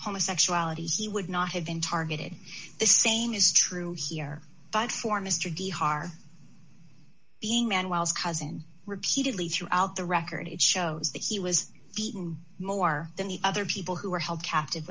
homosexuality he would not have been targeted the same is true here but for mr de haar being man was cousin repeatedly throughout the record it shows that he was beaten more than the other people who were held captive